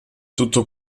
tutto